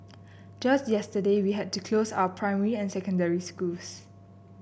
just yesterday we had to close our primary and secondary schools